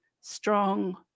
strong